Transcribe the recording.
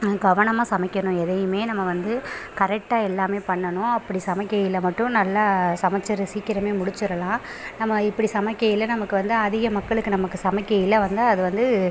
கவனமாக சமைக்கணும் எதையுமே நம்ம வந்து கரெக்டாக எல்லாமே பண்ணணும் அப்படி சமைக்கையில் மட்டும் நல்லா சமச்சிரு சீக்கிரமே முடிச்சுரலாம் நம்ம இப்படி சமைக்கையில் நமக்கு வந்து அதிக மக்களுக்கு நமக்கு சமைக்கையில் வந்து அது வந்து